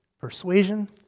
persuasion